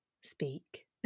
speak